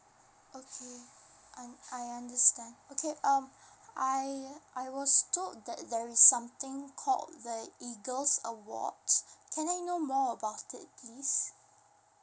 okay un~ i I understand okay um I I was told that there is something called the eagles award so can I know more about it please